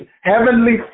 heavenly